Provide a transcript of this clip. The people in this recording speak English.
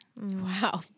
Wow